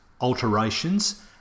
alterations